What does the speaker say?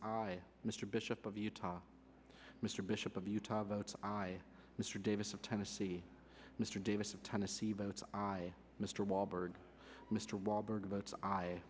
it's mr bishop of utah mr bishop of utah votes i mr davis of tennessee mr davis of tennessee votes mr walberg mr walberg votes i